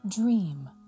Dream